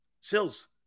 Sills